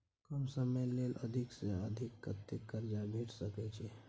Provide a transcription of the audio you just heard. कम समय ले अधिक से अधिक कत्ते कर्जा भेट सकै छै?